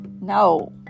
no